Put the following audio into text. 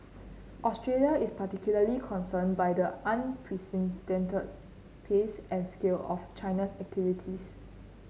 Australia is particularly concerned by the unprecedented pace and scale of China's activities